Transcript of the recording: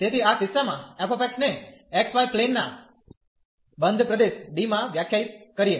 તેથી આ કિસ્સામાં f ને x y પ્લેન ના બંધ પ્રદેશ D માં વ્યાખ્યાયિત કરીએ